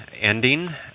ending